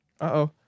Uh-oh